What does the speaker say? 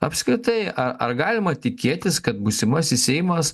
apskritai ar galima tikėtis kad būsimasis seimas